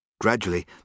Gradually